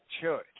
Church